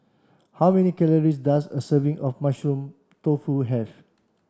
how many calories does a serving of mushroom tofu have